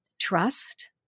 trust